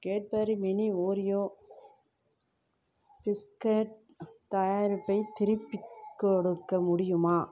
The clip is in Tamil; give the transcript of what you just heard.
கேட்பரி மினி ஓரியோ பிஸ்கட் தயாரிப்பை திருப்பிக் கொடுக்க முடியுமா